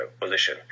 position